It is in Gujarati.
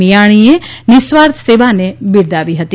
મીયાણીએ નિસ્વાર્થ સેવાને બિરદાવી હતી